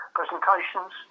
presentations